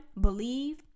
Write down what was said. believe